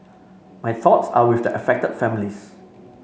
my thoughts are with the affected families